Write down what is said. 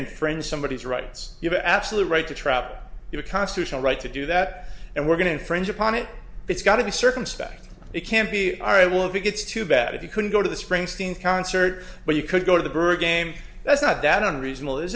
unfriend somebody to rights you have absolute right to trap you a constitutional right to do that and we're going to infringe upon it it's got to be circumspect it can't be all right will be gets too bad if you couldn't go to the springsteen concert but you could go to the berg game that's not that unreasonable is